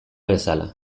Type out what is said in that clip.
bezala